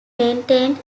maintained